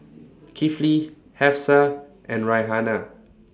Kifli Hafsa and Raihana